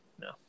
No